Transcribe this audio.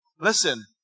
Listen